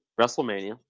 WrestleMania